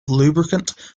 lubricant